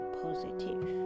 positive